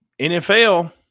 NFL –